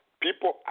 People